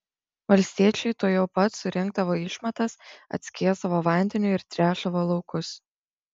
valstiečiai tuojau pat surinkdavo išmatas atskiesdavo vandeniu ir tręšdavo laukus